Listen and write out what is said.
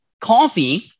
coffee